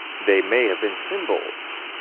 they may have been symbols.